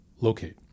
locate